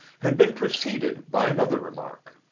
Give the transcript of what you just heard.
had been preceded by another remark.